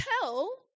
tell